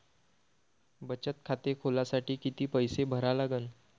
बचत खाते खोलासाठी किती पैसे भरा लागन?